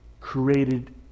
created